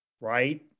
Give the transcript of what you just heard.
Right